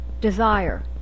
desire